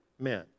men